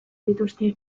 dituzte